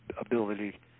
ability